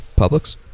Publix